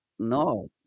No